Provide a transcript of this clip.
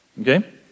Okay